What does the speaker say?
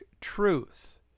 Truth